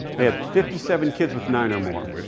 they had fifty seven kids with nine or more.